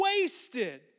wasted